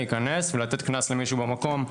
להיכנס ולתת קנס למישהו במקום,